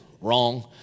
Wrong